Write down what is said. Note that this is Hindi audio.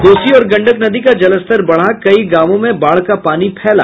कोसी और गंडक नदी का जलस्तर बढ़ा कई गांवों में बाढ़ का पानी फैला